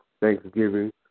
Thanksgiving